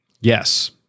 Yes